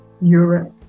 Europe